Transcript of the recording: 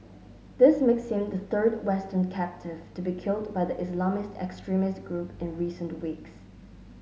this makes him the third Western captive to be killed by the Islamist extremist group in recent weeks